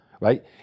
right